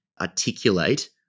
articulate